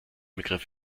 begriff